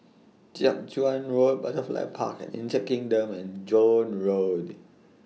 Jiak Chuan Road Butterfly Park and Insect Kingdom and Joan Road